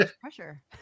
Pressure